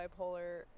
bipolar